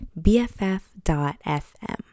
BFF.FM